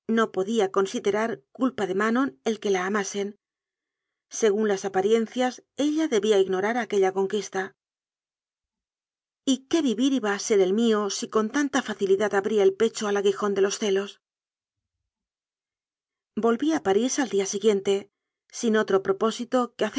no podía con siderar culpa de manon el que la amasen según las apariencias ella debía de ignorar aquella con quista y qué vivir iba a ser el mío si con tanta facilidad abría el pecho al aguijón de los celos volví a parís al día siguiente sin otro propó sito que